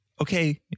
okay